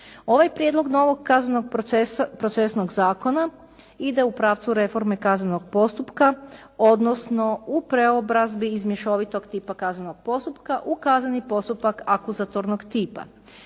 Ovaj prijedlog novog kaznenog procesnog zakona ide u pravcu reforme kaznenog postupka, odnosno u preobrazbi iz mješovitog tipa kaznenog postupka u kazneni postupak akuzatornog tipa.